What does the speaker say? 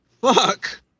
Fuck